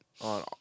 On